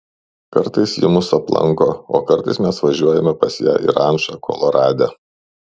kartais ji mus aplanko o kartais mes važiuojame pas ją į rančą kolorade